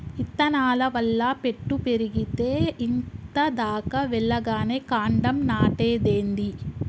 ఇత్తనాల వల్ల పెట్టు పెరిగేతే ఇంత దాకా వెల్లగానే కాండం నాటేదేంది